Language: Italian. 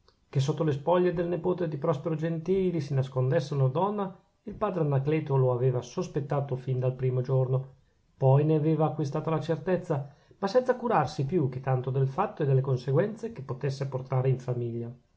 che sotto le spoglie del nepote di prospero gentili si nascondesse una donna il padre anacleto lo aveva sospettato fino dal primo giorno poi ne aveva acquistata la certezza ma senza curarsi più che tanto del fatto e delle conseguenze che potesse portare in famiglia